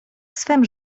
swem